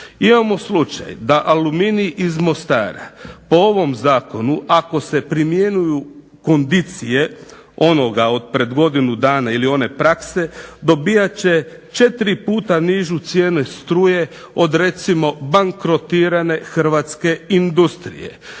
Imamo slučaj da aluminij iz Mostara po ovom zakonu ako se primjenjuju kondicije onoga pred godinu dana ili one prakse, dobijat će 4 puta nižu cijenu struje od recimo bankrotirane hrvatske industrije.